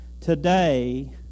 today